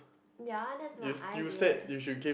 ya that's my idea